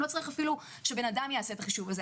לא צריך אפילו שאדם יעשה את החישוב הזה.